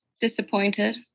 Disappointed